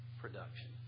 production